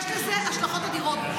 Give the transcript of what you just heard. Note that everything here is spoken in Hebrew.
יש לזה השלכות אדירות.